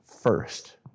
first